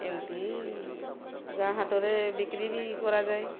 ଏମିତି ଗାଁ ହାଟରେ ବିକ୍ରି ବି କରାଯାଏ